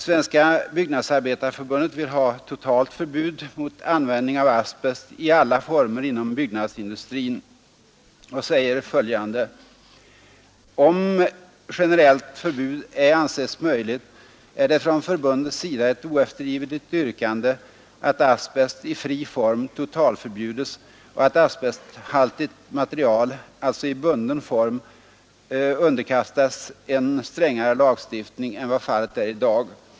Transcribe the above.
Svenska byggnadsarbetareförbundet vill ha totalt förbud mot användning av asbest i alla former inom byggnadsindustrin: ”Om generellt förbud ej anses möjligt är det från förbundets sida ett oeftergivligt yrkande att asbest i fri form totalförbjudes och att asbesthaltigt material, alltså i bunden form, underkastas en strängare lagstiftning än vad fallet är i dag.